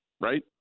right